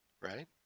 right